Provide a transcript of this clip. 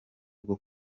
bwo